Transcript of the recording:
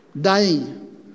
Dying